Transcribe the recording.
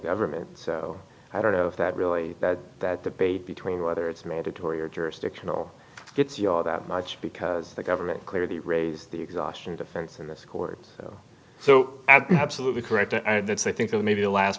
government so i don't know if that really that that debate between whether it's mandatory or jurisdictional gets you all that much because the government clearly raised the exhaustion defense in this court so absolutely correct and that's i think that maybe the last